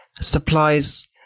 supplies